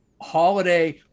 Holiday